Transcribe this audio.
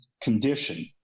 condition